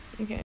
Okay